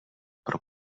pro